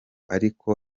ariko